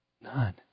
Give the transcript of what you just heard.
None